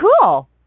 cool